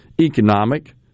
economic